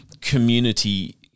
community